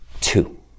Two